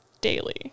daily